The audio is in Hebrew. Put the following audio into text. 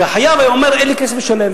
כי החייב היה אומר: אין לי כסף לשלם,